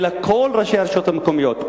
אלא כל ראשי הרשויות המקומיות,